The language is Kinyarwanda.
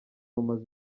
umaze